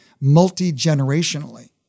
multi-generationally